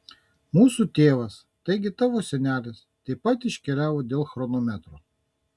mūsų tėvas taigi tavo senelis taip pat iškeliavo dėl chronometro